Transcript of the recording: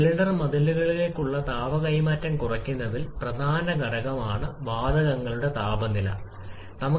cylinder മതിലുകളിലേക്കുള്ള താപ കൈമാറ്റം കുറയ്ക്കുന്നതിൽ പ്രധാന ഘടകമാണ് വാതകങ്ങളുടെ താപനില നില